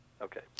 Okay